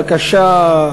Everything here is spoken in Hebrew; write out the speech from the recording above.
בקשה,